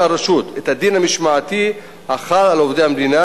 הרשות את הדין המשמעתי החל על עובדי המדינה,